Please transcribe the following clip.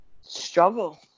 struggle